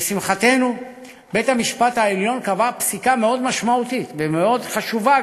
לשמחתנו בית-המשפט העליון קבע פסיקה מאוד משמעותית ומאוד חשובה,